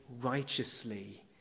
righteously